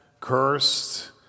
cursed